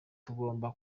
tugomba